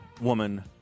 woman